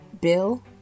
Bill